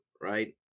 right